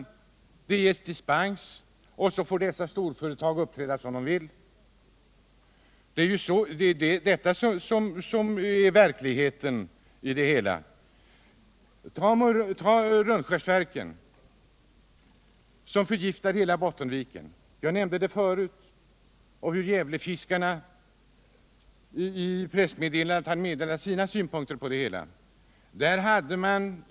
Storföretagen ges dispens och får uppträda som de vill! Det är verkligheten! Ta Rönnskärsverken, som förgiftar hela Bottenviken! Jag nämnde förut vad Gävlefiskarna i ett pressmeddelande säger om detta.